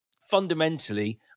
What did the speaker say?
fundamentally